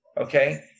Okay